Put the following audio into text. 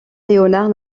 léonard